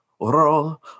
roll